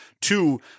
two